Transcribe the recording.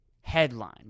headline